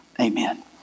Amen